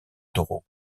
toro